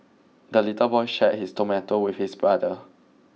the little boy shared his tomato with his brother